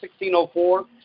1604